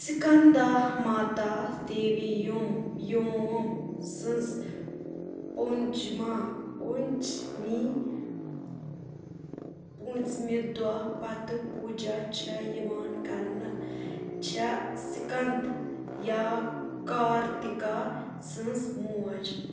سکنٛدا ماتا دیوی یِم یوم سٕنٛز پونجما پونٛجمی پٲنٚژمہِ دۄہ پتہٕ پوجا چھےٚ یِوان کَرنہٕ چھےٚ سکنٛد یا کارتِکیا سٕنٛز موج